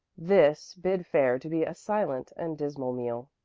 this bid fair to be a silent and dismal meal.